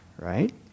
right